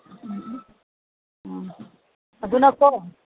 ꯎꯝ ꯎꯝ ꯎꯝ ꯑꯗꯨꯅꯀꯣ